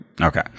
Okay